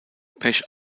pesch